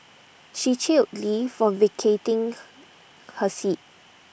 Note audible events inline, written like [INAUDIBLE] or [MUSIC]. she chided lee for vacating [NOISE] her seat